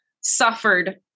suffered